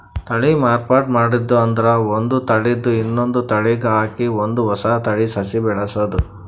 ತಳಿ ಮಾರ್ಪಾಡ್ ಮಾಡದ್ ಅಂದ್ರ ಒಂದ್ ತಳಿದ್ ಇನ್ನೊಂದ್ ತಳಿಗ್ ಹಾಕಿ ಒಂದ್ ಹೊಸ ತಳಿ ಸಸಿ ಬೆಳಸದು